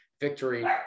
victory